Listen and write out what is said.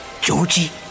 Georgie